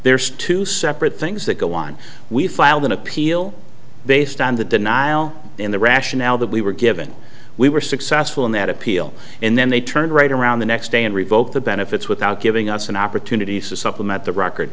there's two separate things that go on we filed an appeal based on the denial and the rationale that we were given we were successful in that appeal and then they turned right around the next day and revoked the benefits without giving us an opportunity supplement the record